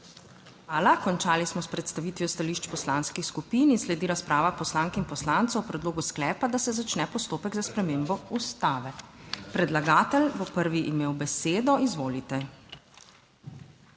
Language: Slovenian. Hvala. Končali smo s predstavitvijo stališč poslanskih skupin in sledi razprava poslank in poslancev o predlogu sklepa, da se začne postopek za spremembo Ustave. Predlagatelj bo prvi imel besedo. Izvolite.